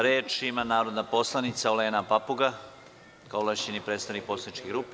Reč ima narodna poslanica Olena Papuga, kao ovlašćeni predstavnik poslaničke grupe.